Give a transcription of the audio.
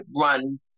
run